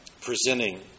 presenting